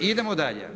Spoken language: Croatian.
Idemo dalje.